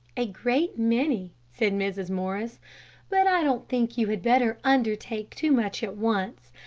a great many, said mrs. morris but i don't think you had better undertake too much at once.